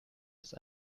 ist